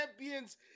champions